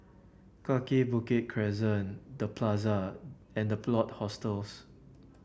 Kaki Bukit Crescent The Plaza and The Plot Hostels